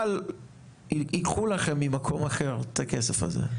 אבל ייקחו לכם ממקום אחר את הכסף הזה?